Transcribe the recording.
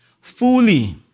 fully